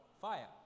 fire